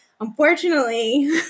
unfortunately